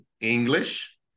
English